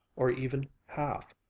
or even half,